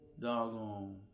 doggone